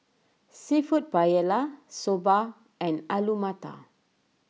Seafood Paella Soba and Alu Matar